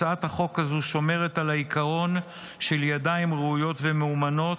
הצעת החוק הזאת שומרת על העיקרון של ידיים ראויות ומאומנות,